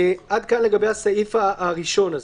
עד כאן לגבי הסעיף הראשון הזה.